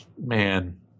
man